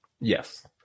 Yes